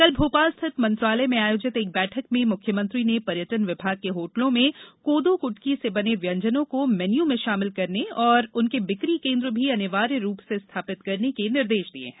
कल भोपाल स्थित मंत्रालय में आयोजित एक बैठक में मुख्यमंत्री ने पर्यटन विभाग के होटलों में कोदो कुटकी से बने व्यंजनों को मेन्यू में शामिल करने तथा उनके बिक्री केन्द्र भी अनिवार्य रूप से स्थापित करने के निर्देश दिए हैं